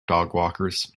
dogwalkers